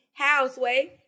houseway